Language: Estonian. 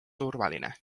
turvaline